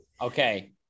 okay